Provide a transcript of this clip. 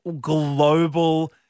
global